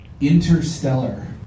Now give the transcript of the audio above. Interstellar